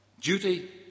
duty